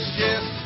yes